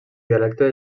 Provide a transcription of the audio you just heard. dialecte